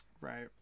Right